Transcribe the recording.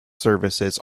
services